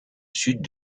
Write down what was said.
sud